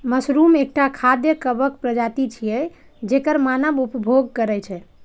mushroom एकटा खाद्य कवक प्रजाति छियै, जेकर मानव उपभोग करै छै